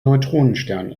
neutronenstern